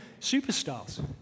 superstars